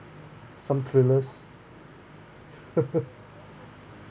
some thrillers